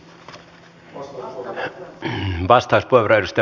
arvoisa herra puhemies